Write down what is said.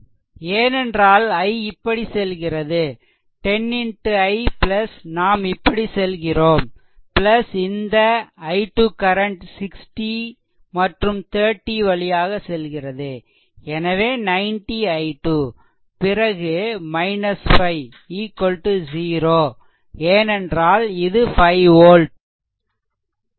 ஏனென்றால் i இப்படி செல்கிறது 10 x i நாம் இப்படி செல்கிறோம் இந்த i2 கரண்ட் 60 மற்றும் 30 வழியாக செல்கிறது எனவே 90 i2 பிறகு 5 0 ஏனென்றால் இது 5 volt